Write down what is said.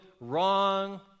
wrong